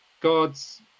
god's